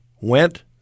went